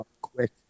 quick